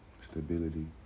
Stability